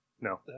no